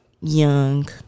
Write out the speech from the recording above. young